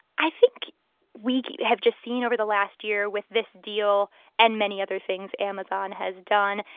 i think we have just seen, over the last year, with this deal and many other things amazon has done,